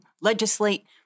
legislate